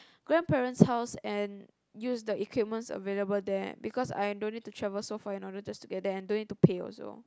grandparent's house and use the equipments available there because I don't need to travel so far in order to get there and don't need to pay also